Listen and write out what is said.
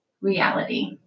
reality